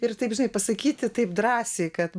ir taip žinai pasakyti taip drąsiai kad